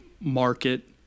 market